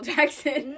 Jackson